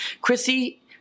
Chrissy